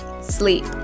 sleep